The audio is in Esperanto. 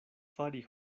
fari